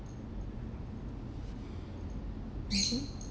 mmhmm